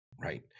Right